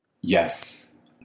Yes